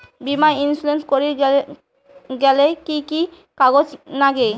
বীমা ইন্সুরেন্স করির গেইলে কি কি কাগজ নাগে?